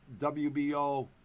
WBO